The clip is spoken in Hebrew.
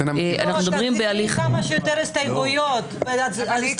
לא, תגידי כמה שיותר הסתייגויות ונצביע.